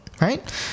right